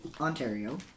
Ontario